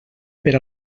per